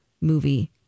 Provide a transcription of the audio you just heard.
movie